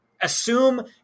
Assume